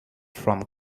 from